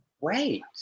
Wait